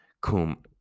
Cum